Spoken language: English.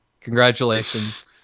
Congratulations